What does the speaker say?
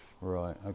Right